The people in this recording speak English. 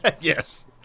Yes